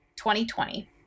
2020